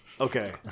Okay